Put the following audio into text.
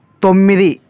తొమ్మిది